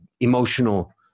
emotional